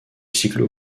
cyclo